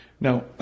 Now